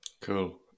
Cool